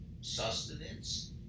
sustenance